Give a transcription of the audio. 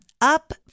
Up